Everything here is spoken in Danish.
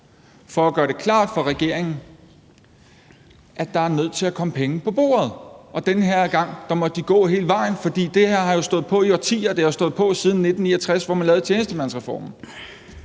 for at gøre det klart for regeringen, at der er nødt til at komme penge på bordet. Og den her gang måtte de gå hele vejen, for det her har jo stået på i årtier, det har stået på siden 1969, hvor man lavede tjenestemandsreformen.